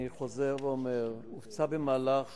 אני חוזר ואומר: הופצה במהלך